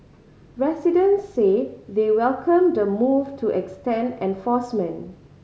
residents say they welcome the move to extend enforcement